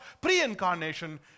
pre-incarnation